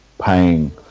paying